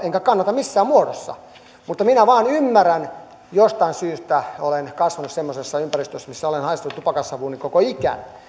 enkä sitä kannata missään muodossa mutta minä vain ymmärrän jostain syystä olen kasvanut semmoisessa ympäristössä missä olen haistanut tupakansavua koko ikäni